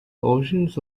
oceans